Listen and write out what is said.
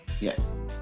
Yes